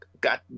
got